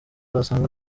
wasanga